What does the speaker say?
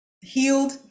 healed